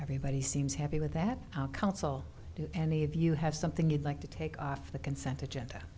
everybody seems happy with that council do any of you have something you'd like to take off the consent agenda